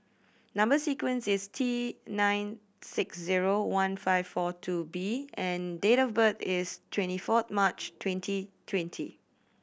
number sequence is T nine six zero one five four two B and date of birth is twenty four March twenty twenty